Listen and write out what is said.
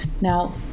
Now